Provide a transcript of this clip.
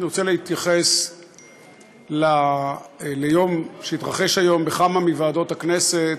אני רוצה להתייחס ליום שהקיים היום בכמה מוועדות הכנסת